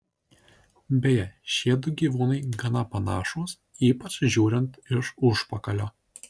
beje šiedu gyvūnai gana panašūs ypač žiūrint iš užpakalio